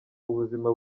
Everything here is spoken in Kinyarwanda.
ubuzima